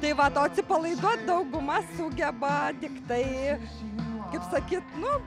tai vat o atsipalaiduot dauguma sugeba tiktai kaip sakyti nu